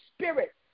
Spirit